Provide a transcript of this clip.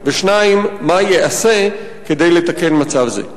2. מה ייעשה כדי לתקן מצב זה?